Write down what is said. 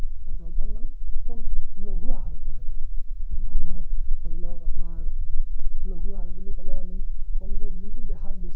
জলপান মানে লঘু আহাৰত পৰে মানে আমাৰ ধৰি লওক আপোনাৰ লঘু আহাৰ বুলি ক'লে আমি ক'ম যে যিটো দেহাৰ বেছি